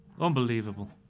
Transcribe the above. unbelievable